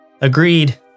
Agreed